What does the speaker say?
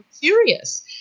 curious